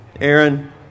Aaron